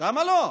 למה לא?